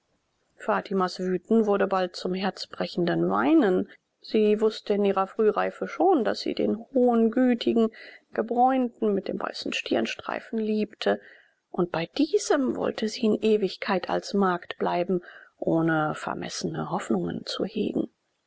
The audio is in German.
fatimas wüten wurde bald zum herzbrechenden weinen sie wußte in ihrer frühreife schon daß sie den hohen gütigen gebräunten mit dem weißen stirnstreifen liebte und bei diesem wollte sie in ewigkeit als magd bleiben ohne vermessene hoffnungen zu hegen